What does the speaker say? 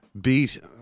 beat